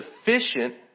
sufficient